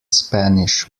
spanish